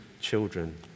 children